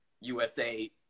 USA